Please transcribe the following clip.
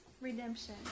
redemption